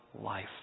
life